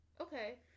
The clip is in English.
okay